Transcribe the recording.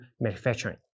manufacturing